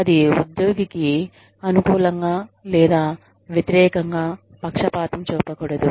అది ఉద్యోగికి అనుకూలంగా లేదా వ్యతిరేకంగా పక్షపాతం చూపకూడదు